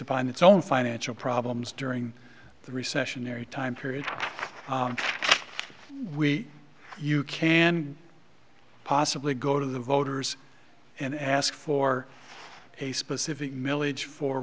upon its own financial problems during the recession airy time period we you can possibly go to the voters and ask for a specific milledge for